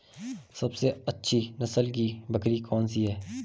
सबसे अच्छी नस्ल की बकरी कौन सी है?